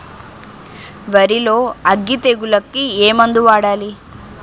వరిలో అగ్గి తెగులకి ఏ మందు వాడాలి?